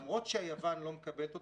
למרות שיוון לא מקבלת אותנו,